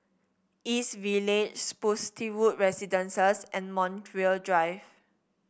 East Village Spottiswoode Residences and Montreal Drive